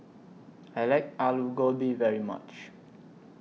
I like Alu Gobi very much